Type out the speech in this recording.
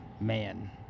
man